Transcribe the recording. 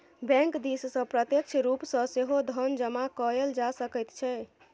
bank दिससँ प्रत्यक्ष रूप सँ सेहो धन जमा कएल जा सकैत छै